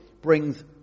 brings